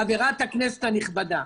חברת הכנסת הנכבדה,